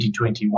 2021